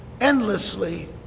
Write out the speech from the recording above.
endlessly